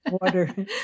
water